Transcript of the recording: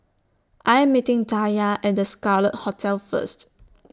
I Am meeting Taya At The Scarlet Hotel First